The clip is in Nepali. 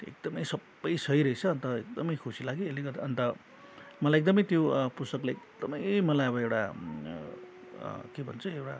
त्यो एकदमै सबै सही रहेछ अन्त एकदमै खुसी लाग्यो यसले गर्दा अन्त मलाई एकदमै त्यो पुस्तकले एकदमै मलाई अब एउटा के भन्छ एउटा